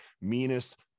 meanest